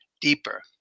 deeper